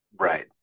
Right